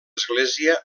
església